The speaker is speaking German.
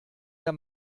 der